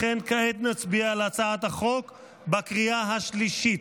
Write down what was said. לכן, כעת נצביע על הצעת החוק בקריאה השלישית.